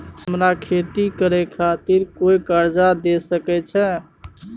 हमरा खेती करे खातिर कोय कर्जा द सकय छै?